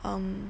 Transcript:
mm